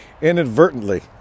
Inadvertently